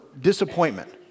disappointment